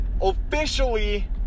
officially